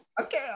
Okay